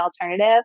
alternative